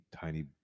tiny